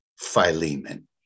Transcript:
Philemon